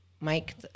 Mike